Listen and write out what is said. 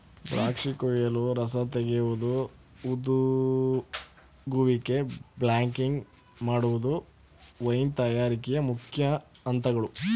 ದ್ರಾಕ್ಷಿ ಕುಯಿಲು, ರಸ ತೆಗೆಯುವುದು, ಹುದುಗುವಿಕೆ, ಬಾಟ್ಲಿಂಗ್ ಮಾಡುವುದು ವೈನ್ ತಯಾರಿಕೆಯ ಮುಖ್ಯ ಅಂತಗಳು